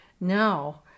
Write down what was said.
Now